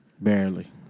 barely